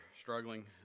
struggling